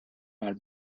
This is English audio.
her